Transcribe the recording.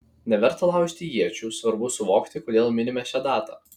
neverta laužyti iečių svarbu suvokti kodėl minime šią datą